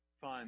fun